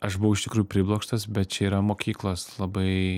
aš buvau iš tikrųjų priblokštas bet čia yra mokyklos labai